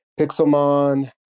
Pixelmon